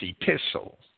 epistle